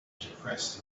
depressed